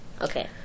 Okay